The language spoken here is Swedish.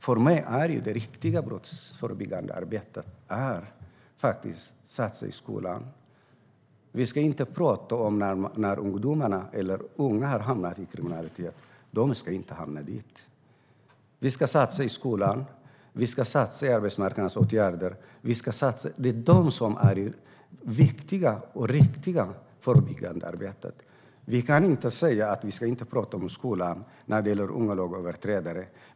För mig är det riktiga brottsförebyggandet arbetet faktiskt satsningar på skolan. Vi ska inte tala om vad som sker när unga har hamnat i kriminalitet; de ska inte hamna där! Vi ska satsa på skolan. Vi ska satsa på arbetsmarknadsåtgärder. De är viktiga och riktiga i det förebyggande arbetet. Vi kan inte säga att vi inte ska prata om skolan när det gäller unga lagöverträdare.